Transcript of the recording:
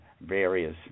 various